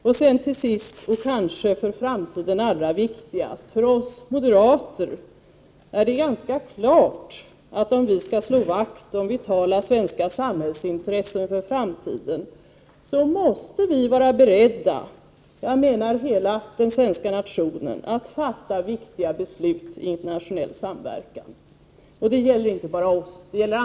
För oss moderater står det ganska klart — och det är kanske det allra viktigaste inför framtiden — att vi, hela den svenska nationen, om vi skall slå vakt om vitala svenska samhällsintressen, måste vara beredda att fatta viktiga beslut i internationell samverkan. Detta gäller inte bara för oss, utan även för — Prot.